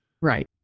Right